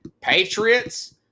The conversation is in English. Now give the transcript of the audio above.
Patriots